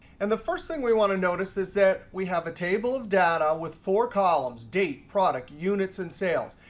and the first thing we want to notice is that we have a table of data with four columns date, product, units, and sales.